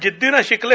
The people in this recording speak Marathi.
जिद्दीनं शिकले